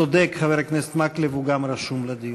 צודק חבר הכנסת מקלב, הוא גם רשום לדיון,